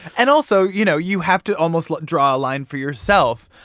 and also, you know, you have to almost draw a line for yourself.